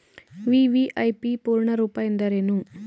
VVIP ಪೂರ್ಣ ರೂಪ ಎಂದರೇನು?